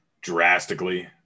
drastically